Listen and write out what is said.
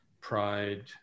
pride